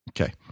okay